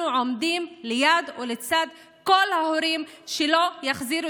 אנחנו עומדים ליד ולצד כל ההורים שלא יחזירו